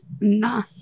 Nah